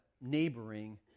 neighboring